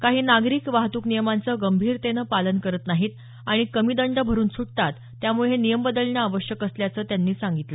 काही नागरिक वाहतूक नियमांचं गंभीरतेनं पालन करत नाहीत आणि कमी दंड भरुन सुटतात त्यामुळे हे नियम बदलणं आवश्यक असल्याचं त्यांनी सांगितलं